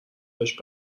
بهش